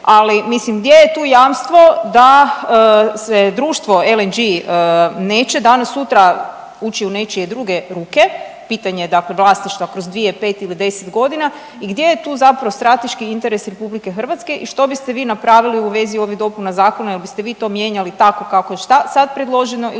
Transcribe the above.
Ali mislim gdje je tu jamstvo da se društvo LNG neće danas sutra ući u nečije druge ruke, pitanje je dakle vlasništva kroz 2, 5 ili 10 godina i gdje je tu zapravo strateški interes Republike Hrvatske i što biste vi napravili u vezi ovih dopuna zakona. Jel' biste vi to mijenjali tako kako šta je sad predloženo ili